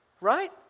Right